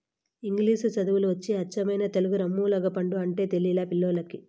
ఇంగిలీసు చదువులు వచ్చి అచ్చమైన తెలుగు రామ్ములగపండు అంటే తెలిలా పిల్లోల్లకి